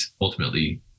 ultimately